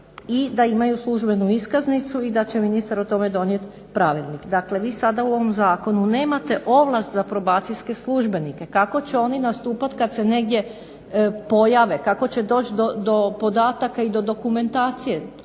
i da imaju službenu iskaznicu i da će ministar o tome donijeti pravilnik. Dakle, vi sada u ovom zakonu nemate ovlast za probacijske službenike, kako će oni nastupati kad se negdje pojave, kako će doći do podataka i do dokumentacije,